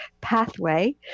pathway